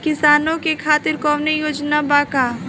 किसानों के खातिर कौनो योजना बा का?